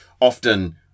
often